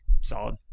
Solid